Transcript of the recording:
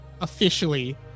officially